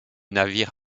navire